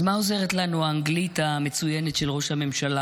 אז מה עוזרת לנו האנגלית המצוינת של ראש הממשלה